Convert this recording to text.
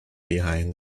behind